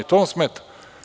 To vam smeta?